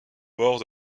bord